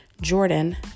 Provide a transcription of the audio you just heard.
Jordan